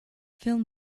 film